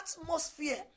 atmosphere